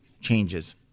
changes